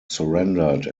surrendered